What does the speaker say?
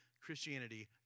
Christianity